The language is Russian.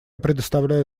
предоставляю